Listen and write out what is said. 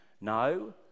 No